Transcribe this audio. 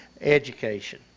education